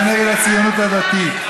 ונגד הציונות הדתית.